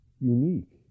unique